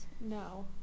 no